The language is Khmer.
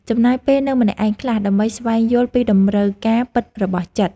ចំណាយពេលនៅម្នាក់ឯងខ្លះ ដើម្បីស្វែងយល់ពីតម្រូវការពិតរបស់ចិត្ត។